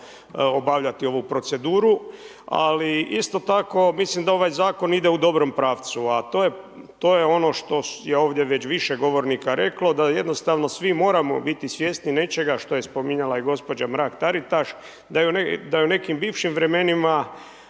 obavljati ovu proceduru. Ali isto tako mislim da ovaj zakon ide u dobrom pravcu, a to je ono što je ovdje već više govornika reklo, da jednostavno svi moramo biti svjesni nečega, što je spominjala i gospođa Mrak Taritaš, da u nekim bivšim vremenima,